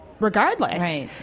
Regardless